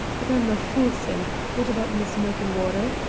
but i'm no fool, sim what about miss milk-and-water?